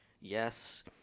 yes